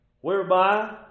whereby